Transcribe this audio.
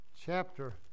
chapter